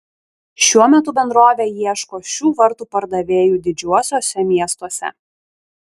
šiuo metu bendrovė ieško šių vartų pardavėjų didžiuosiuose miestuose